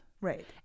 right